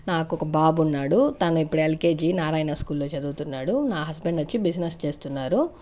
నాకొక బాబు ఉన్నాడు తను ఇప్పుడు ఎల్కేజీ నారాయణ స్కూల్లో చదువుతున్నాడు నా హస్బెండ్ వచ్చి బిజినెస్ చేస్తున్నారు